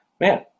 man